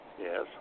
Yes